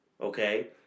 okay